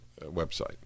website